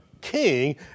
king